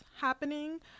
happening